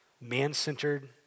man-centered